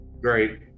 Great